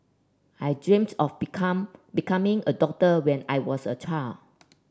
I dreamt of become becoming a doctor when I was a child